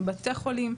עם בתי חולים,